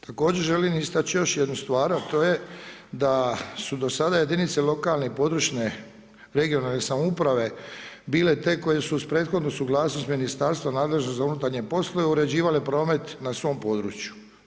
Također želim istači još jednu stvar a to je da su do sada jedinice lokalne i područne (regionalne) samouprave bile te koje su uz prethodnu suglasnost Ministarstva nadležnog za unutarnje poslove uređivale promet na svom području.